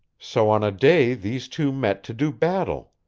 so on a day these two met to do battle.